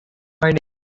find